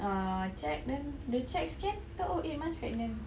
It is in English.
err check then dia check scan tahu oh eight months pregnant